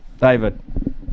David